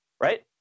right